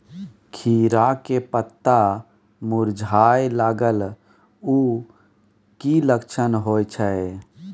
खीरा के पत्ता मुरझाय लागल उ कि लक्षण होय छै?